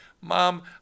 Mom